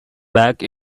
back